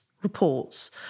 reports